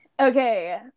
okay